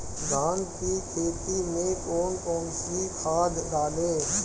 धान की खेती में कौन कौन सी खाद डालें?